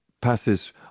passes